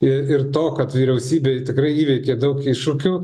ir ir to kad vyriausybė tikrai įveikė daug iššūkių